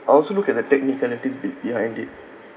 I also look at the technicalities be~ behind it